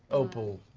opal.